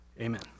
Amen